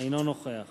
אינו נוכח